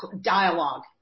dialogue